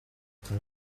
tan